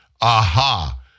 aha